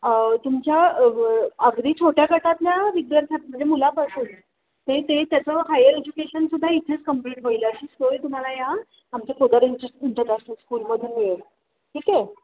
तुमच्या अगदी छोट्या गटातल्या विद्यार्थी म्हणजे मुलापासून ते ते त्याचं हायर एज्युकेशनसुद्धा इथेच कंप्लीट होईल अशी सोय तुम्हाला या आमच्या पोदार इंटरनॅशनल स्कूलमधून मिळेल ठीक आहे